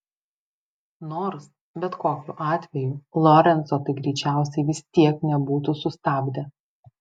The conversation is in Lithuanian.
nors bet kokiu atveju lorenco tai greičiausiai vis tiek nebūtų sustabdę